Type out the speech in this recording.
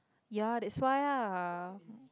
ya that's why ah